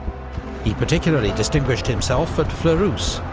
he particularly distinguished himself at fleurus,